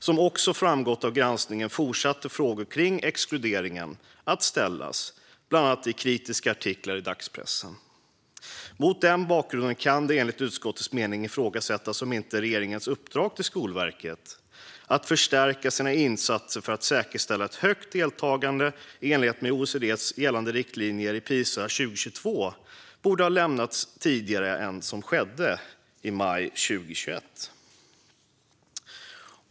Som också framgått av granskningen fortsatte frågor kring exkluderingen att ställas, bland annat i kritiska artiklar i dagspressen. Mot den bakgrunden kan det enligt utskottets mening ifrågasättas om inte regeringens uppdrag till Skolverket, att förstärka sina insatser för att säkerställa ett högt deltagande i enlighet med OECD:s gällande riktlinjer i Pisa 2022, borde ha lämnats tidigare än vad som skedde, alltså i maj 2021.